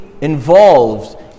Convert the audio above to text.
involved